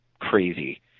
crazy